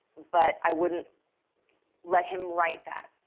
but i wouldn't let him write that.